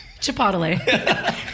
Chipotle